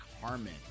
Harmon